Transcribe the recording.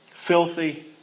Filthy